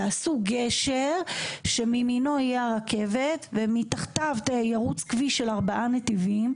יעשו גשר שמימינו תהיה הרכבת ומתחתיו ירוץ כביש של ארבעה נתיבים,